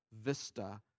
vista